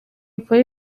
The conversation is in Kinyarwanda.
polly